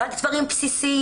רק דברים בסיסיים.